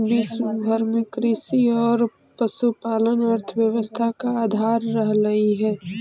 विश्व भर में कृषि और पशुपालन अर्थव्यवस्था का आधार रहलई हे